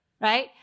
right